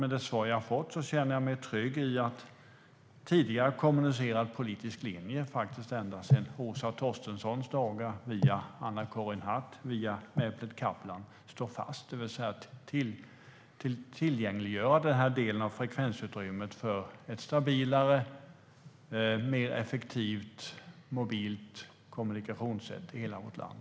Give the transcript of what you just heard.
Med det svar som jag har fått känner jag mig trygg i att tidigare kommunicerad politisk linje ända sedan Åsa Torstenssons dagar, via Anna-Karin Hatt och Mehmet Kaplan, står fast, det vill säga att tillgängliggöra denna del av frekvensutrymmet för ett stabilare och mer effektivt mobilt kommunikationssätt i hela vårt land.